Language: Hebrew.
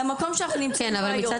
למקום שאנחנו נמצאים בו היום.